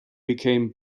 became